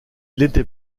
n’était